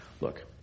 look